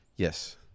Yes